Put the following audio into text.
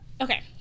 Okay